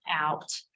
out